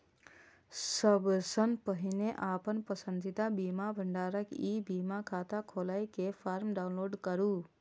सबसं पहिने अपन पसंदीदा बीमा भंडारक ई बीमा खाता खोलै के फॉर्म डाउनलोड करू